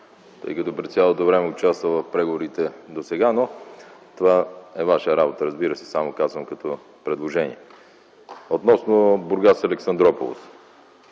тъй като през цялото време участва в преговорите досега. Това е ваша работа, разбира се, казвам го само като предложение. Относно „Бургас-Александруполис”